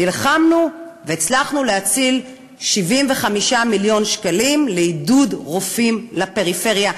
נלחמנו והצלחנו להציל 75 מיליון שקלים לעידוד רופאים בפריפריה.